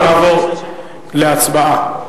נעבור להצבעה.